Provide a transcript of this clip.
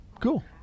cool